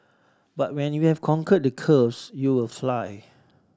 but when you have conquered the curves you will fly